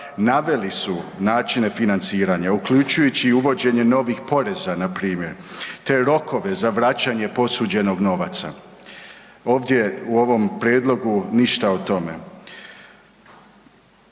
naveli su načine financiranja, uključujući i uvođenje novih poreza npr. te rokove za vraćanje posuđenog novca. Ovdje u ovom prijedlogu ništa o tome.